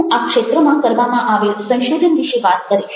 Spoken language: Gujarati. હું આ ક્ષેત્રમાં કરવામાં આવેલા સંશોધન વિશે વાત કરીશ